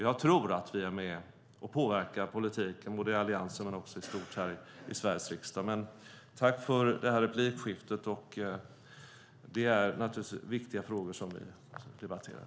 Jag tror att vi är med och påverkar politiken både i Alliansen och i stort i Sveriges riksdag. Tack för replikskiftet. Det är viktiga frågor som vi debatterar.